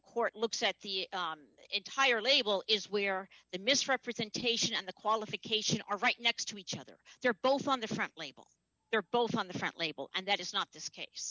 court looks at the entire label is where the misrepresentation and the qualification are right next to each other they're both on the front label they're both on the front label and that is not this